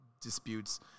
disputes